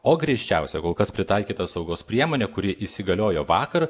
o griežčiausia kol kas pritaikyta saugos priemonė kuri įsigaliojo vakar